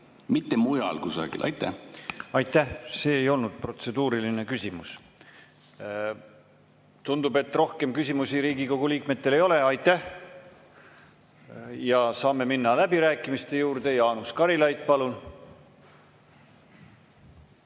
mitte mujal kusagil. Aitäh! See ei olnud protseduuriline küsimus. Tundub, et rohkem küsimusi Riigikogu liikmetel ei ole. Aitäh! Ja saame minna läbirääkimiste juurde. Jaanus Karilaid, palun!